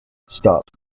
stopped